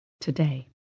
today